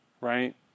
right